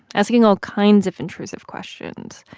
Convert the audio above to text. asking all kinds of intrusive questions.